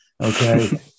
Okay